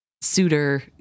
suitor